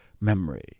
memory